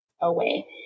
away